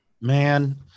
Man